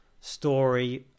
story